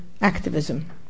activism